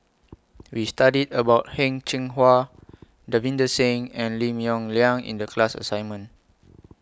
We studied about Heng Cheng Hwa Davinder Singh and Lim Yong Liang in The class assignment